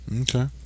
Okay